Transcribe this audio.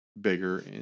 bigger